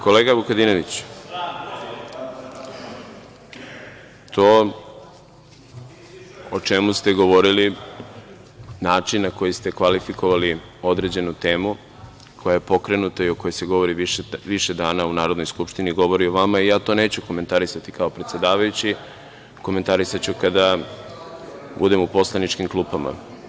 Kolega Vukadinoviću, to o čemu ste govorili, način na koji ste kvalifikovali određenu temu, koja je pokrenuta i o kojoj se govori više dana u Narodnoj skupštini, govori o vama, i to neću komentarisati kao predsedavajući, komentarisaću kada budem u poslaničkim klupama.